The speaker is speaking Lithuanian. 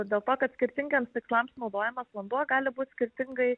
dėl to kad skirtingiems tikslams naudojamas vanduo gali būt skirtingai